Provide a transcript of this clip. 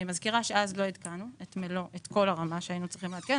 אני מזכירה שאז לא עדכנו את כל הרמה שהיינו צריכים לעדכן.